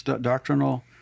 doctrinal